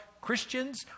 Christians